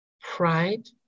pride